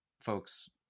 folks